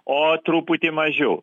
o truputį mažiau